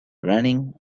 running